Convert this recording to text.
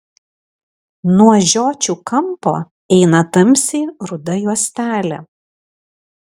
nuo žiočių kampo eina tamsiai ruda juostelė